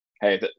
hey